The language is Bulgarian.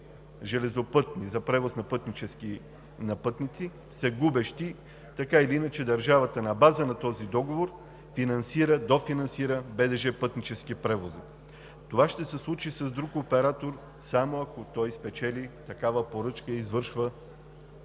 железопътни линии за превоз на пътници са губещи, държавата на база на този договор финансира, дофинансира БДЖ „Пътнически превози“. Това ще се случи с друг оператор, само ако той спечели такава поръчка и извършва